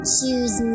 Choose